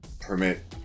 permit